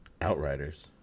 Outriders